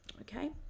Okay